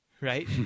right